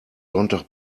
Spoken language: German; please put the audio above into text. sonntag